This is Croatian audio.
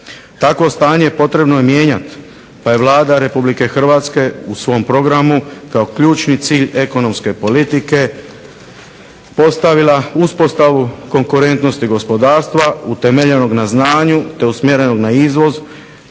Takvo stanje potrebno je mijenjati pa je Vlada Republike Hrvatske u svom programu kao ključni cilj ekonomske politike postavila uspostavu konkurentnosti gospodarstva utemeljenog na znanju te usmjerenog na izvoz